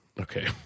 Okay